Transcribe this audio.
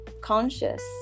conscious